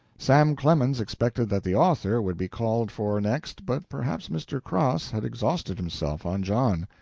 sam clemens expected that the author would be called for next but perhaps mr. cross had exhausted himself on john.